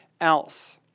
else